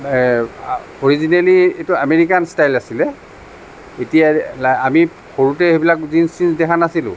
originally এইটো American style আছিলে এতিয়া আমি সৰুতে সেইবিলাক জীনছ্ চীনছ দেখা নাছিলোঁ